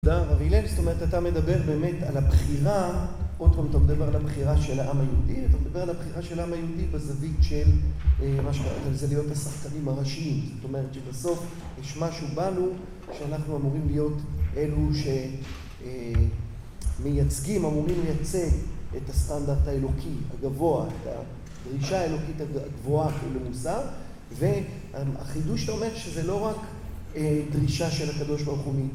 תודה הרב הלל. זאת אומרת, אתה מדבר באמת על הבחירה. עוד פעם, אתה מדבר על הבחירה של העם היהודי, אתה מדבר על הבחירה של העם היהודי בזווית של להיות השחקנים הראשיים. כשבסוף יש משהו בנו שאנחנו אמורים להיות אלו שמייצגים, אמורים לייצר את הסטנדרט האלוקי הגבוה, את הדרישה האלוקית, הגבוהה, כאילו מוסר. והחידוש אומר שזה לא רק דרישה של הקדוש ברוך הוא